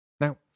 Now